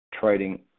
trading